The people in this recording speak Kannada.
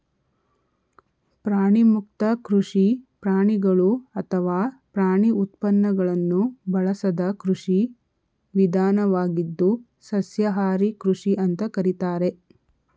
ಪ್ರಾಣಿಮುಕ್ತ ಕೃಷಿ ಪ್ರಾಣಿಗಳು ಅಥವಾ ಪ್ರಾಣಿ ಉತ್ಪನ್ನಗಳನ್ನು ಬಳಸದ ಕೃಷಿ ವಿಧಾನವಾಗಿದ್ದು ಸಸ್ಯಾಹಾರಿ ಕೃಷಿ ಅಂತ ಕರೀತಾರೆ